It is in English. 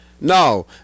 No